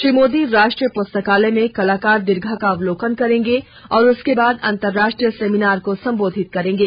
श्री मोदी राष्ट्रीय पुष्तकालय में कलाकार दीर्घा का अवलोकन करेंगे और उसके बाद अंतराष्ट्रीय सेमिनार को संबोधित करेंगे